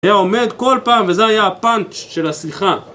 היה עומד כל פעם וזה היה הפאנץ' של השיחה